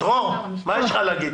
דרור, מה יש לך להגיד?